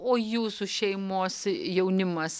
o jūsų šeimos jaunimas